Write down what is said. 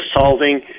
solving